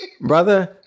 brother